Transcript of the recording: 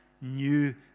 new